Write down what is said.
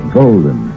golden